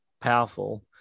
powerful